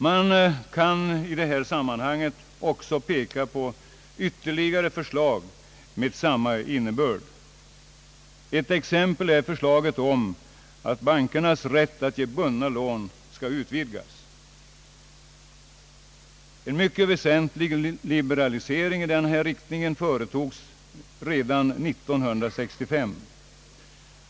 Man kan i detta sammanhang också peka på ytterligare förslag med samma innebörd. Ett exempel är förslaget om att bankernas rätt att ge bundna lån skall utvidgas. En mycket väsentlig liberalisering i denna riktning företogs redan 1965.